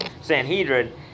Sanhedrin